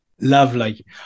Lovely